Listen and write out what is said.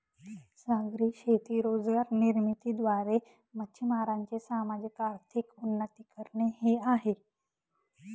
सागरी शेती रोजगार निर्मिती द्वारे, मच्छीमारांचे सामाजिक, आर्थिक उन्नती करणे हे आहे